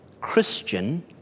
Christian